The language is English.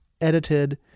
edited